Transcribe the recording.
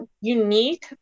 unique